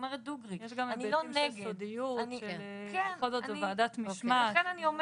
יש גם היבטים של סודיות, בכל זאת, זאת ועדת משמעת.